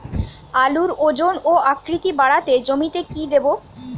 আলুর ওজন ও আকৃতি বাড়াতে জমিতে কি দেবো?